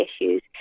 issues